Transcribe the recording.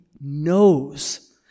knows